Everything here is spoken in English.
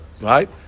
right